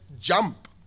jump